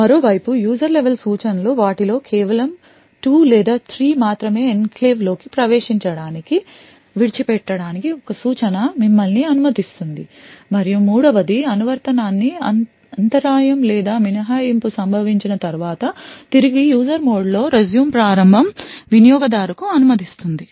మరోవైపు user level సూచనలు వాటిలో కేవలం 2 లేదా 3 మాత్రమే ఎన్క్లేవ్లోకి ప్రవేశించడానికి విడిచిపెట్టడానికి ఒక సూచన మిమ్మల్ని అనుమతిస్తుంది మరియు మూడవది అనువర్తనాన్నిఅంతరాయం లేదా మినహాయింపు సంభవించిన తర్వాత తిరిగి user మోడ్ లో రెస్యూమ్ ప్రారంభం వినియోగదారుకు అనుమతిస్తుంది